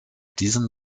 diesem